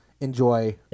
enjoy